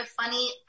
funny